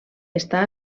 està